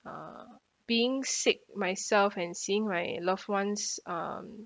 uh being sick myself and seeing my loved ones um